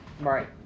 Right